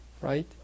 right